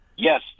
Yes